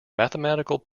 mathematical